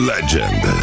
Legend